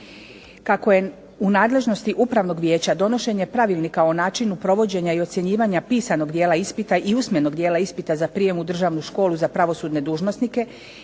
Kako je u nadležnosti Upravnog vijeća donošenje Pravilnika o načinu provođenja i ocjenjivanja pisanog dijela ispita i usmenog dijela ispita za prijem u Državnu školu za pravosudne dužnosnike